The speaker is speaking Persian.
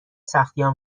سختیها